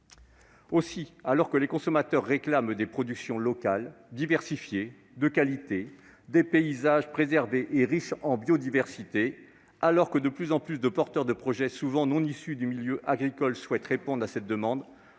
Alors que les consommateurs réclament des productions locales diversifiées et de qualité, ainsi que des paysages préservés et riches en biodiversité, et alors que de plus en plus de porteurs de projet, souvent non issus du milieu agricole, souhaitent répondre à cette demande,